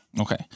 Okay